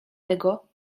tego